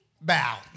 Bow